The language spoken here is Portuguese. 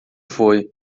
foi